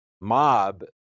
mob